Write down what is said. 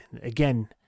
again